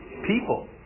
people